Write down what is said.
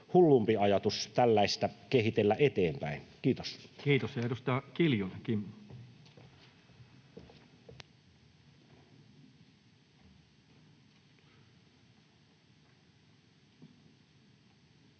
hullumpi ajatus tällaista kehitellä eteenpäin. — Kiitos.